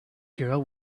girl